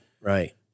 Right